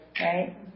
right